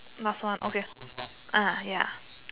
last one okay ah ya